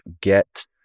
get